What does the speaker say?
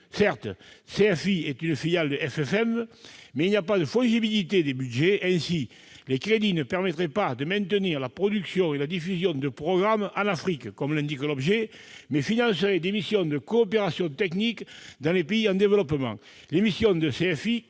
Certes, CFI est une filiale de FMM, mais il n'y a pas de fongibilité des budgets. Ainsi, ces crédits permettraient non pas de maintenir la production et la diffusion de programmes en Afrique, contrairement à ce qu'indique l'objet de cet amendement, mais de financer des missions de coopération technique dans les pays en développement. Les missions de CFI